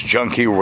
Junkie